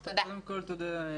בבקשה.